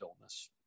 illness